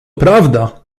prawda